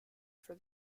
for